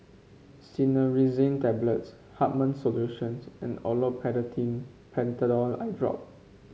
Cinnarizine Tablets Hartman's Solutions and Olopatadine Patanol Eyedrop